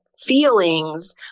feelings